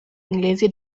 inglesi